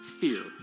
fear